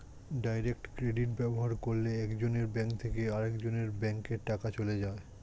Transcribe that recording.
direct credit ব্যবহার করলে একজনের ব্যাঙ্ক থেকে আরেকজনের ব্যাঙ্কে টাকা চলে যায়